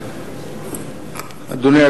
אדוני.